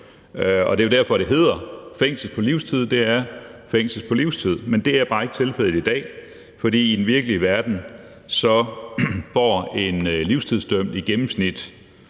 og det er jo derfor, det hedder fængsel på livstid: Det er fængsel på livstid. Men det er bare ikke tilfældet i dag, for i den virkelige verden får en livstidsdømt i gennemsnit